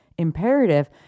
imperative